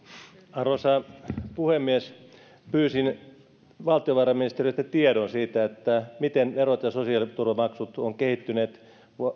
arvoisa puhemies pyysin valtiovarainministeriöltä tiedon siitä miten verot ja sosiaaliturvamaksut ovat kehittyneet